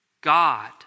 God